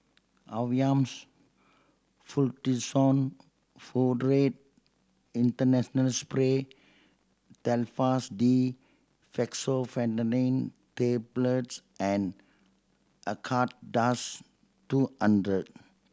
Avamys Fluticasone Furoate International Spray Telfast D Fexofenadine Tablets and Acardust two hundred